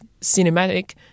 cinematic